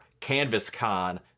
CanvasCon